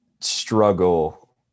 struggle